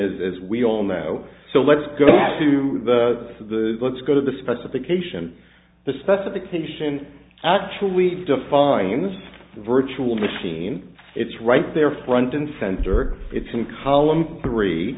is as we all know so let's go back to the let's go to the specification the specification actually defines the virtual machine it's right there front and center it's in column three